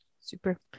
Super